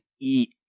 eat